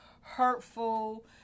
hurtful